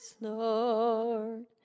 Lord